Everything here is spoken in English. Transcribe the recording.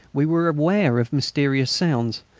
we were aware of mysterious sounds,